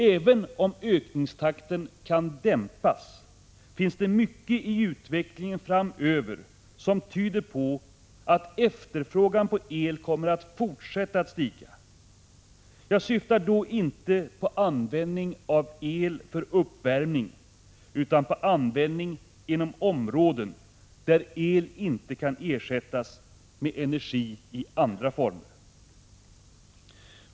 Även om ökningstakten kan dämpas finns det mycket i utvecklingen framöver som tyder på att efterfrågan på el kommer att fortsätta att stiga. Jag syftar då inte på användning av el för uppvärmning, utan på användning inom områden där el inte kan ersättas med energi i andra former.